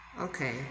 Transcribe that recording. okay